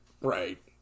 Right